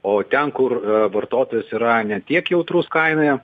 o ten kur vartotojas yra ne tiek jautrus kainoje